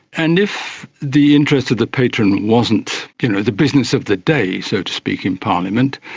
and if the interest of the patron wasn't you know the business of the day, so to speak, in parliament,